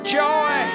joy